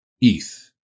eth